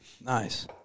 Nice